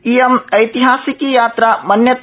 इयं ऐतिहासिकी यात्रा मन्यते